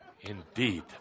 Indeed